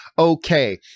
Okay